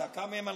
שדקה מהן הלכה.